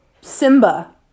Simba